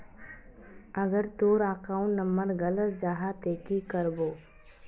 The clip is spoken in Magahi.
अगर तोर अकाउंट नंबर गलत जाहा ते की करबो?